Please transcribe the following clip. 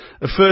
first